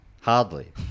Hardly